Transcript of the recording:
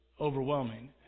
overwhelming